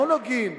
לא נוגעים